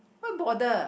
why bother